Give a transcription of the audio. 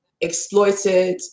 exploited